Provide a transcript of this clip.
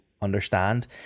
understand